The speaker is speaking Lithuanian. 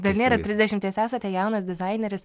dar nėra trisdešimties esate jaunas dizaineris